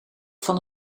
van